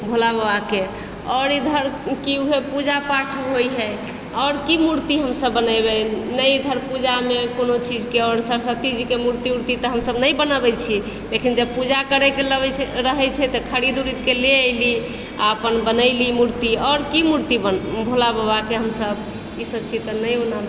भोलाबाबाके आओर इधर की होइ हे पुजा पाठ होइ हे आओर की मूर्ति हमसभ बनेबै नहि इधर पूजामे कोनो चीजके आओर सरस्वतीजीके मूर्ति ऊर्ति तऽ हमसभ नहि बनाबैत छियै लेकिन जब पूजा करैके रहय छै तऽ खरीद उरीदके ले एली आ अपन बनेली मूर्ति आओर की मूर्ति भोलाबाबाके हमभ ईसभ चीज तऽ नहि ओना